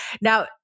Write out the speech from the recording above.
now